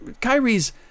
Kyrie's